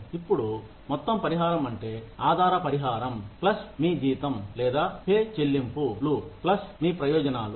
ఇప్పుడు మొత్తం పరిహారం అంటే ఆధార పరిహారం ప్లస్ మీ జీతం లేదా పే చెల్లింపులు ప్లస్ మీ ప్రయోజనాలు